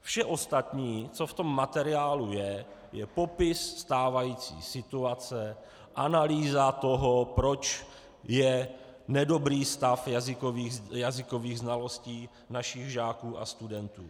Vše ostatní, co v tom materiálu je, je popis stávající situace, analýza toho, proč je nedobrý stav jazykových znalostí našich žáků a studentů.